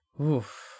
Oof